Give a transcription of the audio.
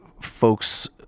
folks